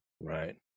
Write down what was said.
Right